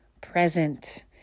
present